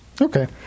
Okay